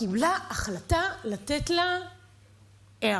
קיבלה החלטה לתת לה הערה.